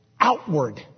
outward